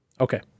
okay